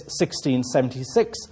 1676